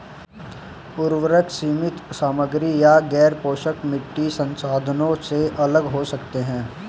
उर्वरक सीमित सामग्री या अन्य गैरपोषक मिट्टी संशोधनों से अलग हो सकते हैं